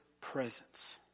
presence